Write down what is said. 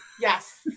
Yes